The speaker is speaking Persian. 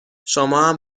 شمام